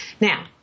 Now